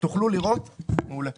מעולה.